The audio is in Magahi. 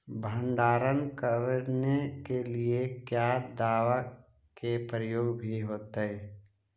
भंडारन करने के लिय क्या दाबा के प्रयोग भी होयतय?